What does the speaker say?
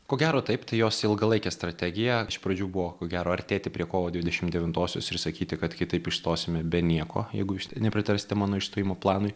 ko gero taip tai jos ilgalaikė strategija iš pradžių buvo ko gero artėti prie kovo dvidešimt devintosios ir sakyti kad kitaip išstosime be nieko jeigu jūs nepritarsite mano išstojimo planui